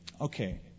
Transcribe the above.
Okay